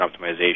optimization